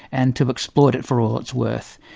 and to exploit it for all it's worth.